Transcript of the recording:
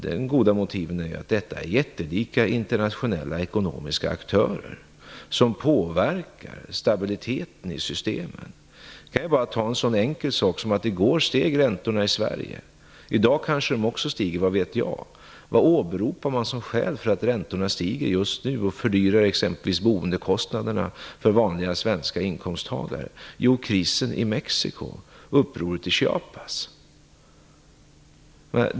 De goda motiven är att det är jättelika internationella ekonomiska aktörer som påverkar stabiliteten i systemen. Man kan bara ta en sådan enkel sak som att räntorna i går steg i Sverige. I dag kanske de också stiger. Vad vet jag? Vad åberopar man som skäl för att räntorna stiger just nu och exempelvis fördyrar boendekostnaderna för vanliga svenska inkomsttagare? Man åberopar krisen i Mexiko, upproret i Chiapas.